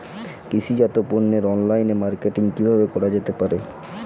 কৃষিজাত পণ্যের online marketing কিভাবে করা যেতে পারে?